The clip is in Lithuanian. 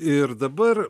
ir dabar